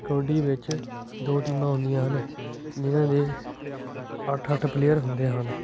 ਕਬੱਡੀ ਵਿੱਚ ਦੋ ਟੀਮਾਂ ਹੁੰਦੀਆਂ ਹਨ ਜਿਨ੍ਹਾਂ ਦੇ ਅੱਠ ਅੱਠ ਪਲੇਅਰ ਹੁੰਦੇ ਹਨ